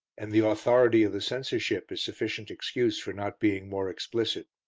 and the authority of the censorship is sufficient excuse for not being more explicit.